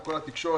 כל התקשורת,